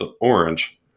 orange